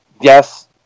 Yes